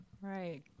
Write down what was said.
right